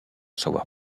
savoir